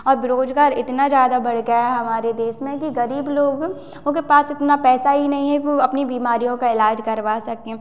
अब बेरोज़गार इतना ज़्यादा बढ़ गया है हमारे देश में कि गरीब लोग उनके पास इतना पैसा ही नहीं है कि वो अपनी बीमारियों का इलाज़ करवा सके